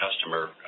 customer